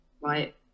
Right